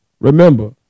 remember